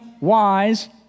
wise